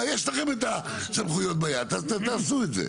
יש לכם את הסמכויות ביד אז תעשו את זה.